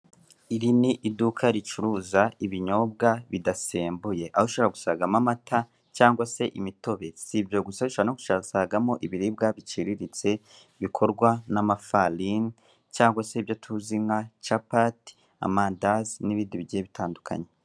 Iri ni iduka ricuruza ibinyobwa bidasembuye aho ushobora gusangamo amata cyangwa se imitobe sibyo gusa ushobora no gusangamo ibiribwa biciriritse bikorwa n'amafarini, cyangwa se ibyo tuzi nka capati amandazi n'ibindi bigiye bitandukanye.